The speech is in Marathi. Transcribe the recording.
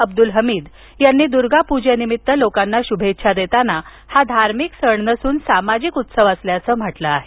अब्दुल हमीद यांनी दूर्गा पूजेनिमित्त लोकांना शुभेच्छा देताना हा धार्मिक नसून सामाजिक उत्सव असल्याचं म्हटलं आहे